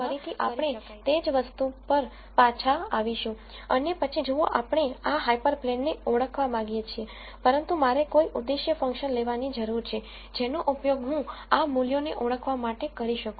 તેથી અહીં ફરીથી આપણે તે જ વસ્તુ પર પાછા આવીશું અને પછી જુઓ આપણે આ હાયપરપ્લેન ને ઓળખવા માગીએ છીએ પરંતુ મારે કોઈ ઉદ્દેશ્ય ફંક્શન લેવાની જરૂર છે જેનો ઉપયોગ હું આ મૂલ્યોને ઓળખવા માટે કરી શકું